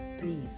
Please